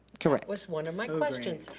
correct. was one of my questions.